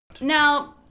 Now